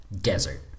desert